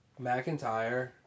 McIntyre